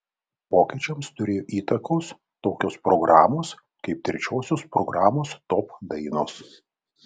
pokyčiams turėjo įtakos tokios programos kaip trečiosios programos top dainos